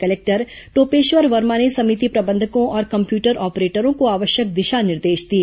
collector Topeshwar Verma ने समिति प्रबंधकों और कम्प्यूटर ऑपरेटरों को आवश्यक दिशा निर्देश दिए